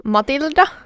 Matilda